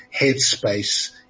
headspace